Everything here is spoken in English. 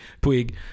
puig